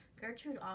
Gertrude